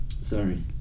sorry